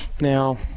Now